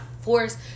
force